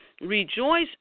Rejoice